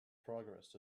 progress